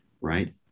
right